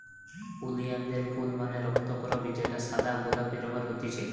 ওলিয়ানদের ফুল মানে রক্তকরবী যেটা সাদা বা গোলাপি রঙের হতিছে